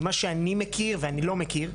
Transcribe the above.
ממה שאני מכיר, ואני לא מכיר,